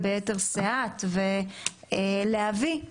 או אישור מהיק"ר,